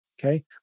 Okay